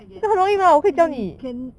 I guess as in can